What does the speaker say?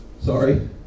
Sorry